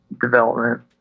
development